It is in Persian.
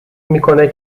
میکنه